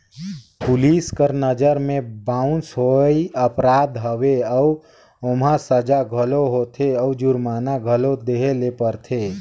police कर नंजर में बाउंस होवई अपराध हवे अउ ओम्हां सजा घलो होथे अउ जुरमाना घलो देहे ले परथे